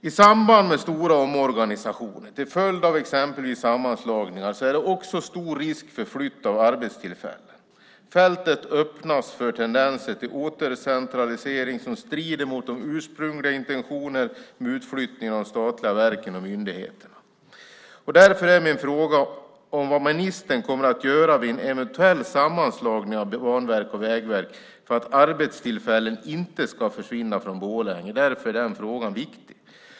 I samband med stora omorganisationer till följd av exempelvis sammanslagningar finns det också stor risk för flytt av arbetstillfällen. Fältet öppnas för tendenser till återcentralisering, som strider mot de ursprungliga intentionerna om utflyttning av statliga verk och myndigheter. Därför är min fråga vad ministern kommer att göra vid en eventuell sammanslagning av Banverket och Vägverket för att arbetstillfällen inte ska försvinna från Borlänge. Den frågan är viktig.